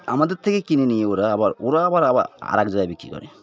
আমাদের থেকে কিনে নিয়ে ওরা আবার ওরা আবার আবার আরে এক জায়গায় বিক্রি করে